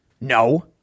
no